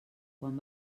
quan